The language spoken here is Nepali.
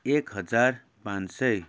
एक हजार पाँच सय